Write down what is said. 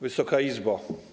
Wysoka Izbo!